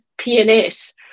PNS